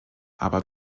aber